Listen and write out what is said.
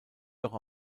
doch